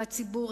והציבור,